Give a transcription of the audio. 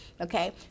Okay